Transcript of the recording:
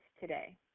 today